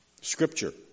scripture